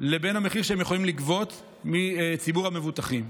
לבין המחיר שהם יכולים לגבות מציבור המבוטחים.